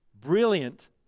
brilliant